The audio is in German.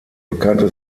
bekannte